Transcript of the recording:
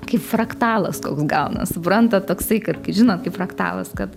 kaip fraktalas koks gaunas supranta toksai kad žinot kaip fraktalas kad